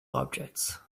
objects